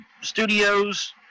studios